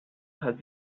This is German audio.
hat